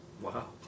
wow